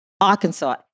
Arkansas